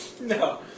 No